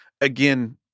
again